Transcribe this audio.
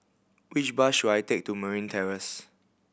which bus should I take to Merryn Terrace